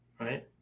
right